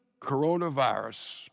coronavirus